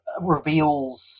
reveals